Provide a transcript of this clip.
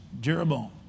Jeroboam